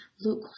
look